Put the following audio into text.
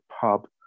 pub